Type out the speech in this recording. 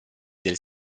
del